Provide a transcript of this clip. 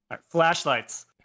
Flashlights